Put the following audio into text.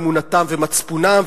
אמונתם ומצפונם,